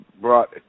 brought